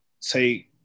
take